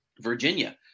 Virginia